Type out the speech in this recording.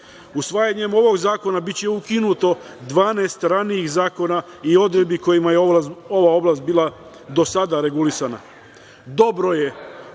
itd. Usvajanjem ovog zakona biće ukinuto 12 ranijih zakona i odredbi, kojima je ova oblast bila dosada regulisana. Dobro je